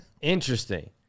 Interesting